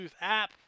app